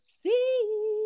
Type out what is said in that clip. see